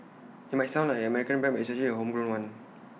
IT might sound like an American brand but it's actually A homegrown one